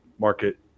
market